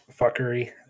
fuckery